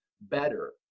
better